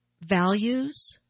values